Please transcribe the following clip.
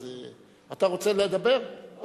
אתה רוצה לדבר?